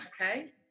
okay